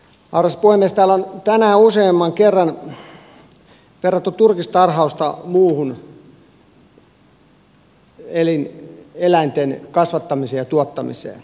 täällä on tänään useamman kerran verrattu turkistarhausta muuhun eläinten kasvattamiseen ja tuottamiseen